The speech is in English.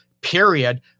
period